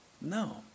No